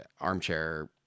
armchair